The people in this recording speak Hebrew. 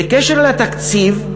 בקשר לתקציב,